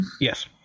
Yes